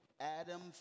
Adam